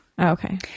Okay